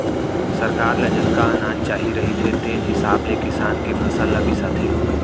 सरकार ल जतका अनाज चाही रहिथे तेन हिसाब ले किसान के फसल ल बिसाथे